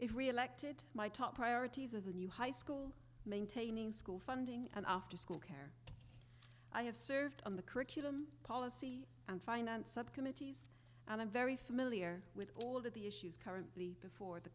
if we elected my top priorities are the new high school maintaining school funding and after school care i have served on the curriculum policy and finance subcommittees and i'm very familiar with all of the issues currently before the